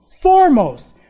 foremost